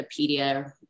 Wikipedia